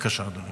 אדוני,